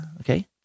Okay